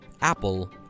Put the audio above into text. Apple